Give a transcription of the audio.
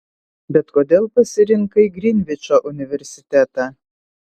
bet kodėl pasirinkai grinvičo universitetą